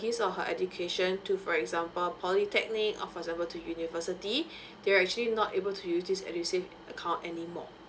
his or her education to for example polytechnic or for example to university they are actually not able to use this edusave account anymore